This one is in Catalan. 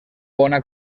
bona